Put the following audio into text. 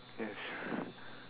yes